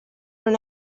non